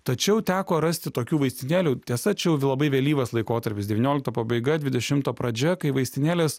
tačiau teko rasti tokių vaistinėlių tiesa čia jau labai vėlyvas laikotarpis devyniolikto pabaiga dvidešimto pradžia kai vaistinėlės